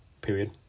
period